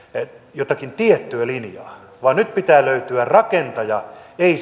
jotakin tiettyä linjaa vaan nyt pitää löytyä rakentaja ei